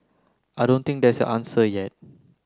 I don't think there's an answer yet